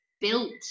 built